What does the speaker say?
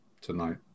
tonight